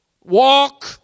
walk